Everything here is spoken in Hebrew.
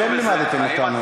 זו קדושה שאתם למדתם אותנו.